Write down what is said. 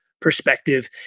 perspective